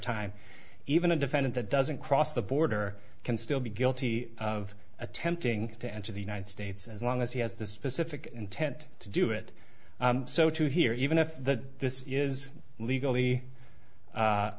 time even a defendant that doesn't cross the border can still be guilty of attempting to enter the united states as long as he has this specific intent to do it so to here even if that this is legally